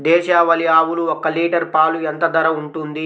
దేశవాలి ఆవులు ఒక్క లీటర్ పాలు ఎంత ధర ఉంటుంది?